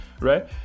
right